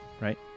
right